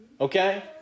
Okay